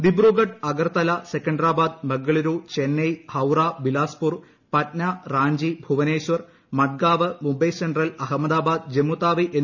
Dibrugarh Agartala Secunderabad Bengaluru Chennai Howrah Bilaspur Patna Ranchi Bhubaneswar Madgaon Mumbai central Ahmedabad Jammu Tawi സർവ്വീസുകൾ